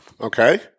Okay